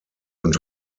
und